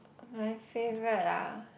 my favourite lah